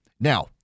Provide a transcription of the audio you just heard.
Now